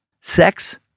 Sex